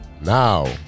now